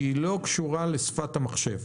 כי היא לא קשורה לשפת המחשב.